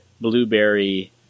blueberry